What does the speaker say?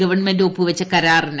government ഒപ്പുവച്ച കരാറിന്